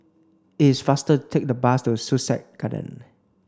it's faster take the bus to Sussex Garden